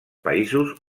països